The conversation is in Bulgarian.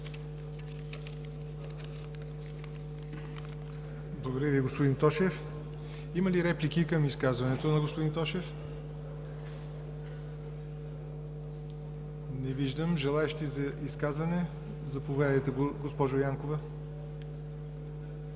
Благодаря Ви, господин Тошев. Има ли реплики към изказването на господин Тошев? Няма. Желаещи за изказване? Заповядайте, госпожо Янкова.